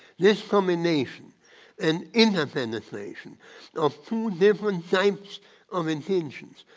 this combination an independent nation of two different types of intentions,